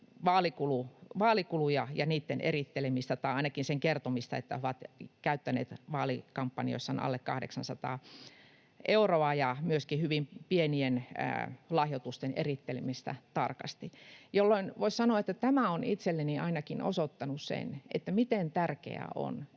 vaalikulujen erittelemistä tai ainakin sen kertomista, että he ovat käyttäneet vaalikampanjoissaan alle 800 euroa, ja myöskin hyvin pienien lahjoitusten erittelemistä tarkasti. Tällöin voisi sanoa, että tämä on